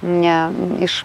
ne iš